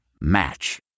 Match